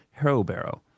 Harrowbarrow